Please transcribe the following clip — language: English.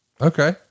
Okay